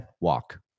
Walk